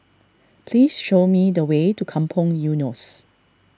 please show me the way to Kampong Eunos